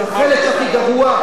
שאין לי לאן לברוח.